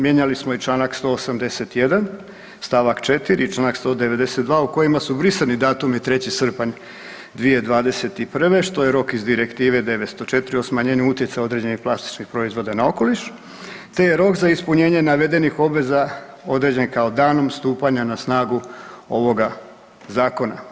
Mijenjali smo i čl. 181. st. 4. i čl. 192. u kojima su brisani datumi 3. srpanj 2021., što je rok iz Direktive 904 o smanjenju utjecaja određenih plastičnih proizvoda na okoliš te je rok za ispunjenje navedenih obveza određen kao danom stupanja na snagu ovoga zakona.